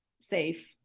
safe